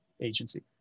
agency